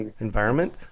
environment